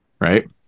right